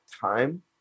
time